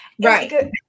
right